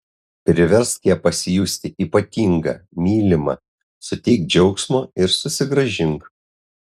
priversk ją pasijusti ypatinga mylima suteik džiaugsmo ir susigrąžink